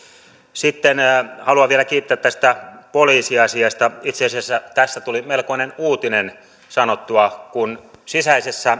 sitten haluan vielä kiittää tästä poliisiasiasta itse asiassa tässä tuli melkoinen uutinen sanottua kun sisäisen